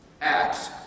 Acts